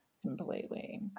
completely